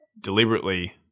deliberately